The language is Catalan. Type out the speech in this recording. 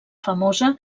famosa